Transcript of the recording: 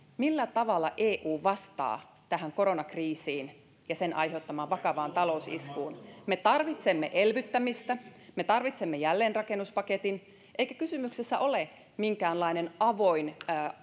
millä tavalla eu vastaa tähän koronakriisiin ja sen aiheuttamaan vakavaan talousiskuun me tarvitsemme elvyttämistä me tarvitsemme jälleenrakennuspaketin eikä kysymyksessä ole minkäänlainen avoin